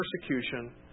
persecution